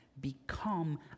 become